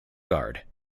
guard